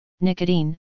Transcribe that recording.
nicotine